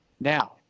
Now